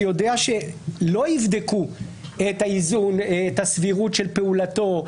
שיודע שלא יבדקו את הסבירות של פעולתו,